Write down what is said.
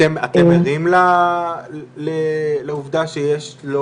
אתם ערים לעובדה שיש לא